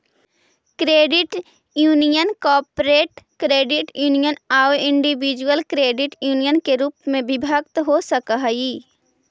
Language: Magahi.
credit union corporate credit union आउ इंडिविजुअल क्रेडिट यूनियन के रूप में विभक्त हो सकऽ हइ